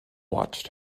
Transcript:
watched